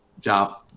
job